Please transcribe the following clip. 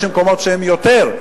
ויש מקומות שיש יותר,